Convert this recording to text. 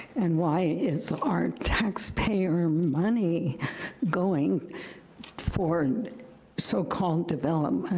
and why is our taxpayer money going for and so-called development,